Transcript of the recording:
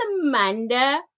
Amanda